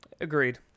Agreed